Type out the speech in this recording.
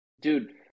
dude